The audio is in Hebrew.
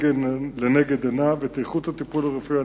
על מנת להתמודד עם פער הרופאים